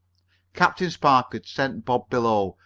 captain spark had sent bob below,